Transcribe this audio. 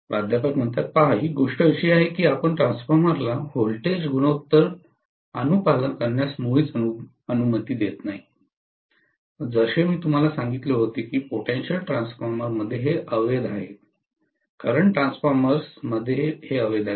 professor पहा ही गोष्ट अशी आहे की आपण ट्रान्सफॉर्मरला व्होल्टेज गुणोत्तर अनुपालन करण्यास मुळीच अनुमती देत नाही आहात जसे मी तुम्हाला सांगितले होते की पोटेंशियल ट्रान्सफॉर्मर मध्ये हे अवैध आहे करंट ट्रान्सफॉर्मर्स मध्ये हे अवैध आहे